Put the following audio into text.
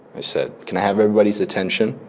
i said, can i have everybody's attention?